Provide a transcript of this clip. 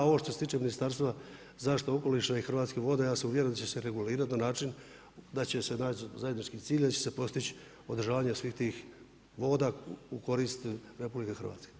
A ovo što se tiče Ministarstva zaštite okoliša i Hrvatskih voda ja sam uvjeren da će se regulirati na način da će se naći zajednički cilj, da će se postići održavanje tih voda u korist RH.